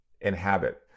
inhabit